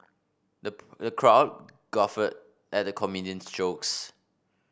the crowd guffawed at the comedian's jokes